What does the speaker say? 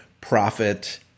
profit